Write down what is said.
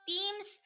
Teams